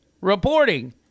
reporting